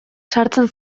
sartzen